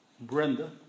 Brenda